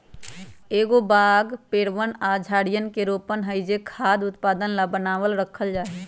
एगो बाग पेड़वन या झाड़ियवन के रोपण हई जो खाद्य उत्पादन ला बनावल रखल जाहई